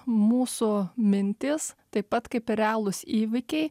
mūsų mintys taip pat kaip ir realūs įvykiai